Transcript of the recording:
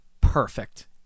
perfect